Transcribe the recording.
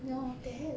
damn